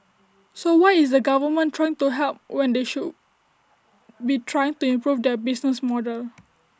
so why is the government trying to help when they should be trying to improve their business model